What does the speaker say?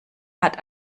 hat